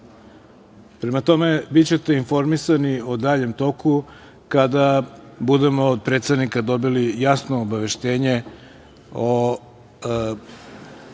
tome, bićete informisani o daljem toku kada budemo od predsednika dobili jasno obaveštenje o